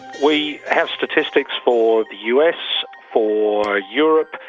we have statistics for the us, for europe,